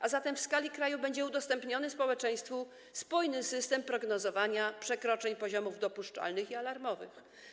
A zatem w skali kraju będzie udostępniony społeczeństwu spójny system prognozowania przekroczeń poziomów dopuszczalnych i alarmowych.